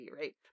right